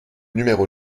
numéro